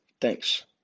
thanks